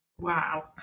Wow